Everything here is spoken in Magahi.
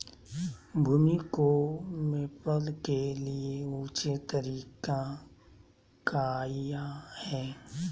भूमि को मैपल के लिए ऊंचे तरीका काया है?